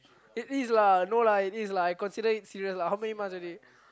it is lah no lah it is I consider it serious lah how many months already